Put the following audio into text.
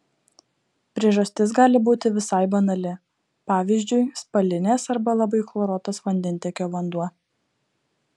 priežastis gali būti visai banali pavyzdžiui spalinės arba labai chloruotas vandentiekio vanduo